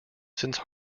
since